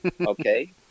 Okay